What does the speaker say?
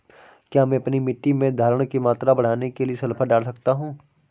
क्या मैं अपनी मिट्टी में धारण की मात्रा बढ़ाने के लिए सल्फर डाल सकता हूँ?